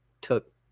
took